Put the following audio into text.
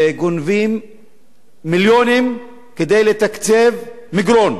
גונבים מיליונים כדי לתקצב את מגרון.